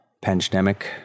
pandemic